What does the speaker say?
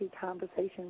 Conversations